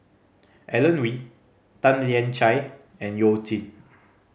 Alan Oei Tan Lian Chye and You Jin